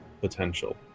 potential